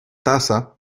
tasa